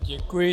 Děkuji.